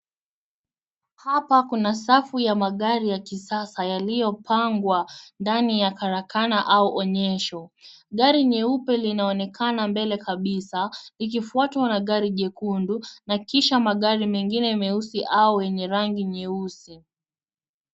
Hapa kuna safu ya magari ya kisasa yaliopangwa, ndani ya karakana, au onyesho. Gari nyeupe linaonekana mbele kabisa, ikifuatwa na gari jekundu, na kisha magari mengine meusi, au yenye rangi nyeusi.